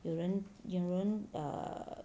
有人有人 err